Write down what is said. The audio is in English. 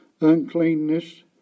uncleanness